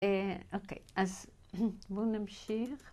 אוקיי, אז בואו נמשיך.